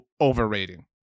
overrating